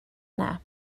yna